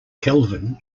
kelvin